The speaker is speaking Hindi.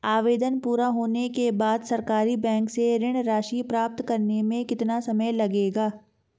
आवेदन पूरा होने के बाद सरकारी बैंक से ऋण राशि प्राप्त करने में कितना समय लगेगा?